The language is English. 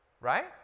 right